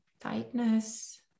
tightness